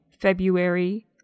February